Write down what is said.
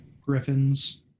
Griffins